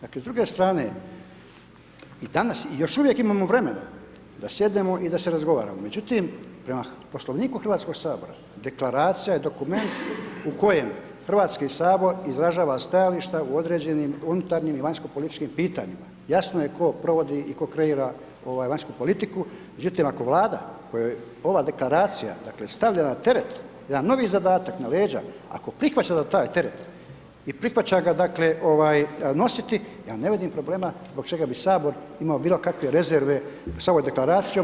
Dakle s druge strane, i danas i još uvijek imamo vremena da sjednemo i da razgovaramo, međutim, prema Poslovniku Hrvatskog sabora deklaracija je dokument u kojem Hrvatski sabor izražava stajališta u određenim unutarnjim i vanjskopolitičkim pitanjima, jasno je tko provodi i tko kreira vanjsku politiku, međutim, ako vlada kojoj ova Deklaracija dakle stavlja na teret jedan novi zadatak na leđa ako prihvaća da taj teret i prihvaća ga dakle nositi ja ne vidim problema zbog čega bi Sabor imao bilo kakve rezerve sa ovom Deklaracijom.